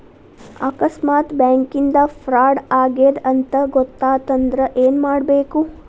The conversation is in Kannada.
ಆಕಸ್ಮಾತ್ ಬ್ಯಾಂಕಿಂದಾ ಫ್ರಾಡ್ ಆಗೇದ್ ಅಂತ್ ಗೊತಾತಂದ್ರ ಏನ್ಮಾಡ್ಬೇಕು?